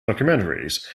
documentaries